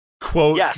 Quote